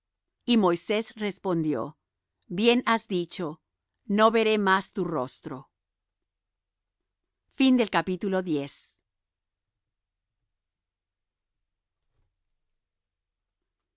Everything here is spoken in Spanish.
y moisés respondió bien has dicho no veré más tu rostro y